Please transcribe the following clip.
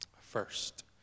first